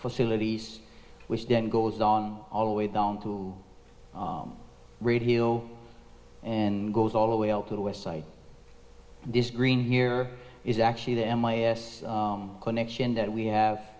facilities which then goes on all the way down to raid hill and goes all the way up to the west side this green here is actually the m i a s connection that we have